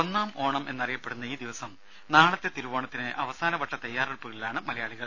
ഒന്നാം ഓണമെന്നറിയപ്പെടുന്ന ഈ ദിവസം നാളത്തെ തിരുവോണത്തിന് അവസാനവട്ട തയ്യാറെടുപ്പുകളിലാണ് മലയാളികൾ